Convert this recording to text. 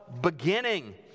beginning